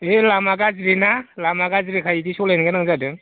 ओइ लामा गाज्रिना लामा गाज्रिखाय इदि सालायनो गोनां जादों